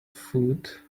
food